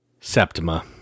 Septima